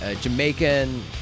Jamaican